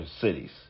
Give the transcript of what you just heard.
cities